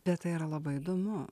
bet tai yra labai įdomu